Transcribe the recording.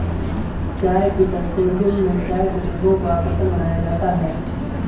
चाय की पैकेजिंग में चाय के डिब्बों को आकर्षक बनाया जाता है